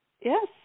Yes